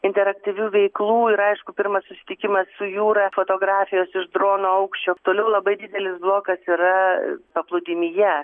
interaktyvių veiklų ir aišku pirmas susitikimas su jūra fotografijos iš drono aukščio toliau labai didelis blokas yra paplūdimyje